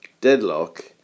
deadlock